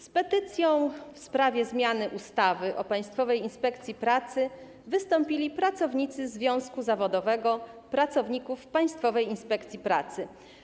Z petycją w sprawie zmiany ustawy o Państwowej Inspekcji Pracy wystąpili pracownicy Związku Zawodowego Pracowników Państwowej Inspekcji Pracy.